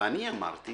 ואני אמרתי